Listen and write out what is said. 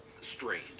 strained